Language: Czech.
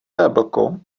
jablko